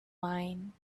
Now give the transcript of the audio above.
mine